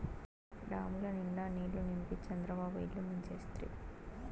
డాముల నిండా నీళ్ళు నింపి చంద్రబాబు ఇల్లు ముంచేస్తిరి